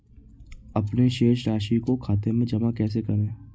अपने शेष राशि को खाते में जमा कैसे करें?